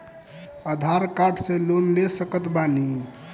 आधार card से loan ले सकत बणी?